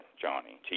Johnny